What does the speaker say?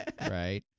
Right